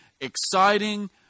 exciting